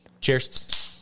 Cheers